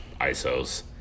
ISOs